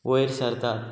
वयर सरता